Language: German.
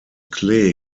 klee